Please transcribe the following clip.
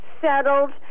settled